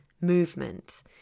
movement